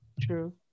True